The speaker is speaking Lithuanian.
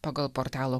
pagal portalo